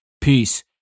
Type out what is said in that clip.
Peace